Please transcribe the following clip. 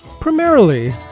primarily